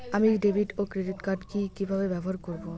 আমি ডেভিড ও credit card কি কিভাবে ব্যবহার করব?